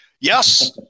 Yes